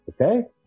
okay